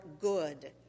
good